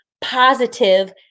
positive